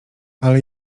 ale